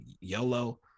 yellow